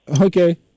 Okay